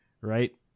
right